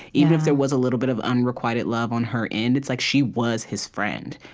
even if there was a little bit of unrequited love on her end, it's like she was his friend.